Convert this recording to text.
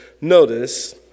notice